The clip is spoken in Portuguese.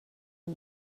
uma